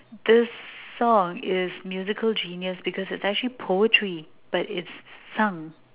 this song is musical genius because it's actually poetry but it's sung